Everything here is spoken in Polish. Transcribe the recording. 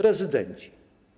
Rezydenci.